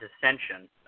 dissension